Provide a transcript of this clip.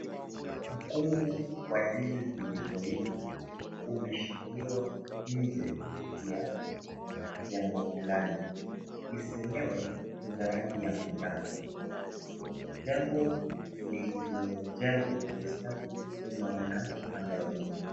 Mkungu wa ndizi zilizoiva umeshikiliwa nje ya jengo fulani. Ndizi zenyewe ni za rangi ya manjano. Jengo lililojengwa kwa ustadi linaonekana upande wa nyuma.